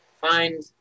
find